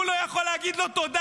והוא לא יכול להגיד לו תודה,